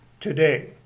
today